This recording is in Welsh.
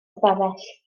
ystafell